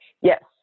Yes